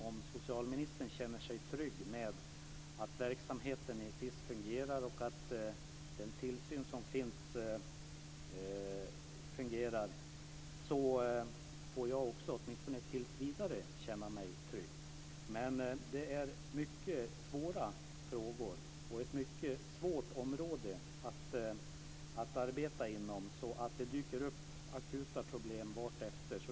Om socialministern känner sig trygg med att verksamheten i SiS fungerar och att den tillsyn som finns fungerar känner jag mig också trygg, åtminstone tills vidare. Men det här är mycket svåra frågor och ett mycket svårt område att arbeta inom. Det dyker upp akuta problem vartefter.